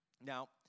Now